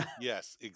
yes